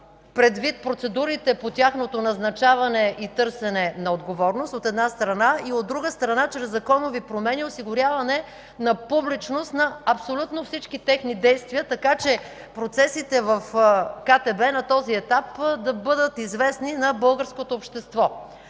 предвид процедурите по тяхното назначаване и търсене на отговорност, от една страна; и от друга страна, чрез законови промени осигуряване на публичност на абсолютно всички техни действия, така че процесите в КТБ на този етап да бъдат известни на българското общество.